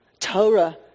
Torah